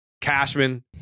Cashman